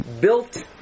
built